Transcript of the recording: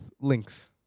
links